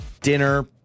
dinner